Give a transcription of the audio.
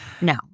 No